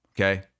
Okay